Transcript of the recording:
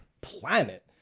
planet